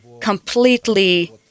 completely